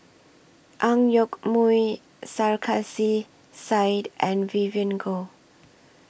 Ang Yoke Mooi Sarkasi Said and Vivien Goh